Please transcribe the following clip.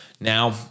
Now